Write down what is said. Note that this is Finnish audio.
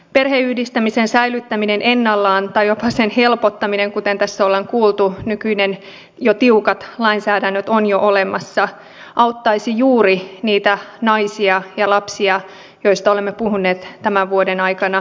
perheenyhdistämisen säilyttäminen ennallaan tai jopa sen helpottaminen kuten tässä on kuultu nykyisin on jo tiukat lainsäädännöt olemassa auttaisi juuri niitä naisia ja lapsia joista olemme puhuneet tämän vuoden aikana paljon